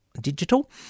digital